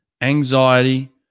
anxiety